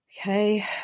Okay